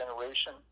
generation